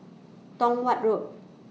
Tong Watt Road